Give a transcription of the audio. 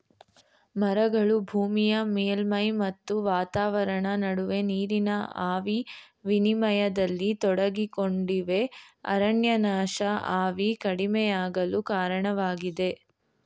ಮರಗಳು ಭೂಮಿಯ ಮೇಲ್ಮೈ ಮತ್ತು ವಾತಾವರಣ ನಡುವೆ ನೀರಿನ ಆವಿ ವಿನಿಮಯದಲ್ಲಿ ತೊಡಗಿಕೊಂಡಿವೆ ಅರಣ್ಯನಾಶ ಆವಿ ಕಡಿಮೆಯಾಗಲು ಕಾರಣವಾಗಿದೆ